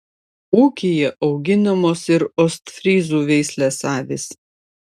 ūkyje auginamos ir ostfryzų veislės avys